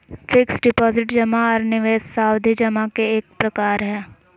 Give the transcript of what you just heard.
fixed deposit जमा आर निवेश सावधि जमा के एक प्रकार हय